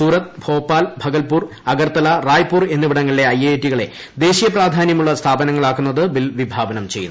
സൂറത്ത് ഭോപ്പാൽ ഭഗൽപ്പൂർ അഗർത്തല റായ്പൂർ എന്നിവിടങ്ങളിലെ ഐഐടികളെ ദേശീയ പ്രാധാന്യമുള്ള സ്ഥാപനങ്ങളാക്കുന്നത് ബിൽ വിഭാവനം ചെയ്യുന്നു